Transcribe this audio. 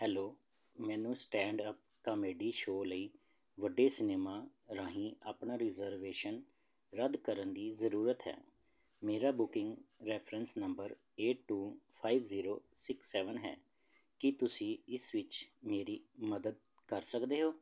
hello ਮੈਨੂੰ stand up comedy show ਲਈ ਵੱਡੇ ਸਿਨੇਮਾ ਰਾਹੀਂ ਆਪਣਾ ਰਿਜ਼ਰਵੇਸ਼ਨ ਰੱਦ ਕਰਨ ਦੀ ਜ਼ਰੂਰਤ ਹੈ ਮੇਰਾ booking reference number eight two five zero six seven ਹੈ ਕੀ ਤੁਸੀਂ ਇਸ ਵਿੱਚ ਮੇਰੀ ਮਦਦ ਕਰ ਸਕਦੇ ਹੋ